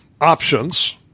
options